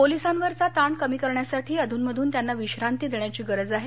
पोलिसांवरचा ताण कमी करण्यासाठी अध्रनमधून त्यांना विश्रांती देण्याची गरज आहे